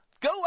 go